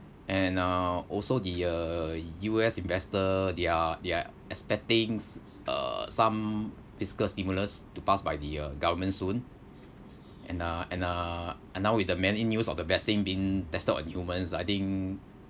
and uh also the uh U_S investor they're they're expecting uh some fiscal stimulus to pass by the uh government soon and uh and uh and now with the many news of the vaccine being tested on humans I think